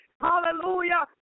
Hallelujah